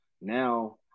now